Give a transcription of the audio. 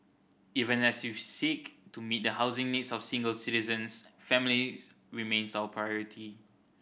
even as we seek to meet the housing needs of single citizens families remains our priority